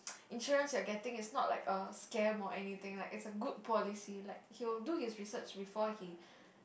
insurance you're getting is not like a scam or anything like it's a good policy like he will do his research before he